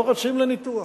לא רצים לניתוח.